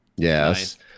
Yes